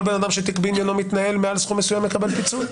כל בן אדם שתיק בעניינו מתנהל מעל סכום מסוים מקבל פיצוי,